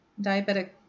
Diabetic